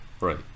right